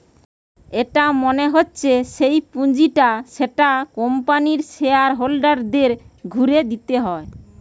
এটা মনে হচ্ছে সেই পুঁজিটা যেটা কোম্পানির শেয়ার হোল্ডারদের ঘুরে দিতে হয়